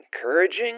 encouraging